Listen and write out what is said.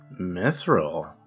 Mithril